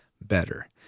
better